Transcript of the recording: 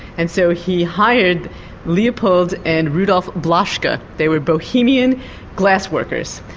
and so he hired leopold and rudolf blaschka. they were bohemian glass workers.